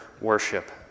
worship